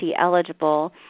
eligible